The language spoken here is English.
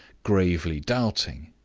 gravely doubting,